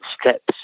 steps